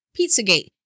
Pizzagate